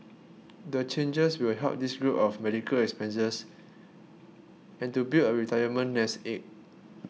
the changes will help this group of medical expenses and to build a retirement nest egg